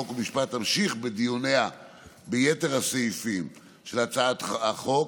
חוק ומשפט תמשיך בדיוניה ביתר הסעיפים של הצעת החוק,